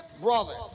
brothers